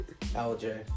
LJ